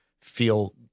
feel